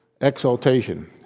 Exaltation